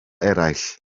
eraill